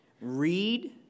read